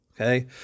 okay